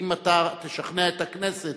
אם אתה תשכנע את הכנסת